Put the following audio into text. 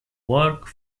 work